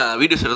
video